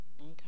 Okay